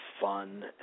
fun